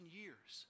years